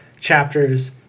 chapters